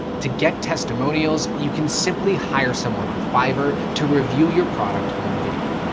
to get testimonials. you can simply hire someone on fiverr to review your product on video.